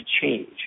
change